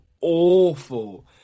awful